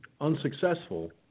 unsuccessful